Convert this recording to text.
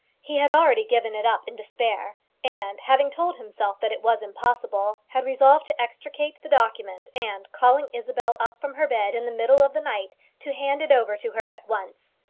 he had already given it up in despair and, having told himself that it was impossible, had resolved to extricate the document and, calling isabel up from her bed in the middle of the night, to hand it over to her at once.